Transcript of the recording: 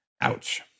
Ouch